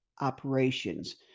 operations